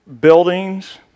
buildings